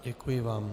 Děkuji vám.